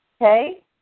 Okay